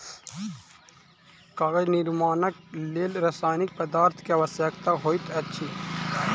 कागज निर्माणक लेल रासायनिक पदार्थ के आवश्यकता होइत अछि